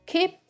Keep